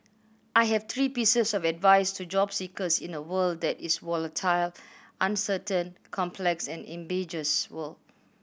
I have three pieces of advice to job seekers in a world that is volatile uncertain complex and ambiguous world